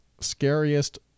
scariest